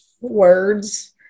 words